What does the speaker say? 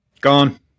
Gone